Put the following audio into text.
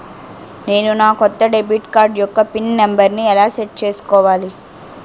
నేను నా కొత్త డెబిట్ కార్డ్ యెక్క పిన్ నెంబర్ని ఎలా సెట్ చేసుకోవాలి?